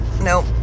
Nope